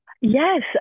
Yes